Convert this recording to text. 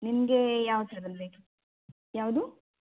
ನಿಮಗೆ ಯಾವ ಥರದ್ದು ಬೇಕಿತ್ತು ಯಾವುದು